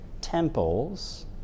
temples